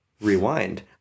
rewind